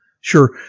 Sure